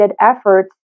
efforts